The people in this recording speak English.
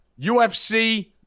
UFC